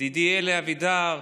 ידידי אלי אבידר,